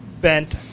bent